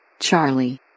Charlie